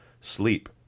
sleep